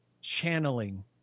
channeling